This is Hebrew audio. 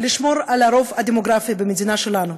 לשמור על הרוב הדמוגרפי במדינה שלנו,